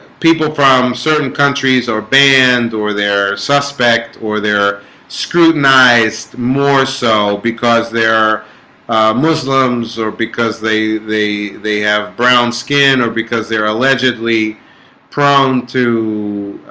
people from certain countries or band or their suspect or their scrutinized more so because they're muslims or because they they they have brown skin or because they're allegedly prone to